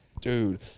Dude